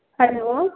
hello